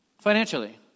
financially